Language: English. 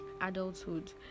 adulthood